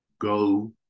go